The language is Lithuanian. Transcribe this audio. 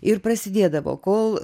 ir prasidėdavo kol